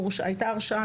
הייתה הרשעה,